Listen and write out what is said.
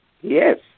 yes